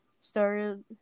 started